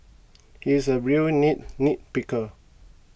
he is a real neat nitpicker